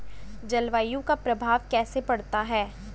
जलवायु का प्रभाव कैसे पड़ता है?